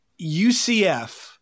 ucf